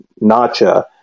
Nacha